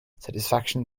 satisfaction